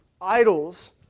idols